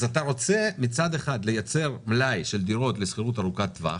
אז אתה רוצה מצד אחד לייצר מלאי של דירות לשכירות ארוכת טווח